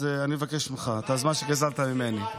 אז אני מבקש ממך את הזמן שגזלת ממני.